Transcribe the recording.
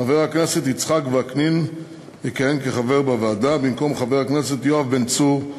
חבר הכנסת יצחק וקנין יכהן כחבר בוועדה במקום חבר הכנסת יואב בן צור,